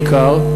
בעיקר,